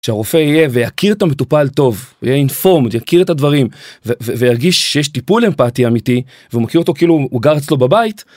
כשהרופא יהיה ויכיר את המטופל טוב, יהיה אינפורמד, יכיר את הדברים וירגיש שיש טיפול אמפתי אמיתי והוא מכיר אותו כאילו הוא גר אצלו בבית.